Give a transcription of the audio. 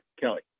Kelly